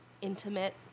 intimate